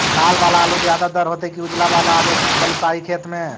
लाल वाला आलू ज्यादा दर होतै कि उजला वाला आलू बालुसाही खेत में?